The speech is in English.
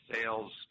sales